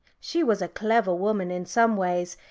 she was a clever woman in some ways,